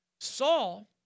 Saul